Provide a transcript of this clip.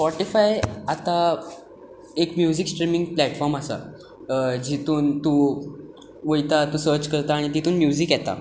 Spotify आतां एक music streaming platform आसा जितून तूं वयता तूं सच करता आनी तितून म्युजीक येता